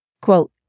Quote